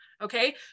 Okay